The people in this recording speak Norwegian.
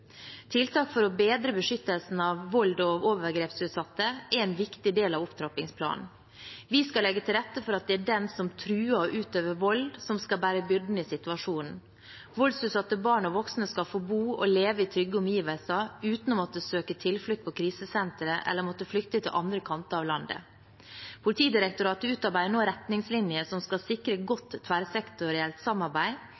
Tiltak for å bedre beskyttelsen av volds- og overgrepsutsatte er en viktig del av opptrappingsplanen. Vi skal legge til rette for at det er den som truer og utøver vold, som skal bære byrden i situasjonen. Voldsutsatte barn og voksne skal få bo og leve i trygge omgivelser uten å måtte søke tilflukt på krisesenteret eller flykte til andre kanter av landet. Politidirektoratet utarbeider nå retningslinjer som skal sikre